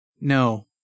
No